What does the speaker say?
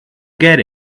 get